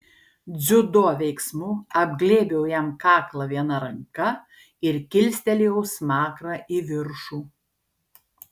dziudo veiksmu apglėbiau jam kaklą viena ranka ir kilstelėjau smakrą į viršų